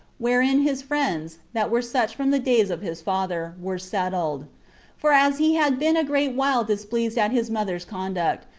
wherein his friends, that were such from the days of his father, were settled for as he had been a great while displeased at his mother's conduct,